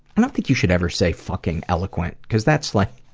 i don't think you should ever say fucking eloquent, cause that's like,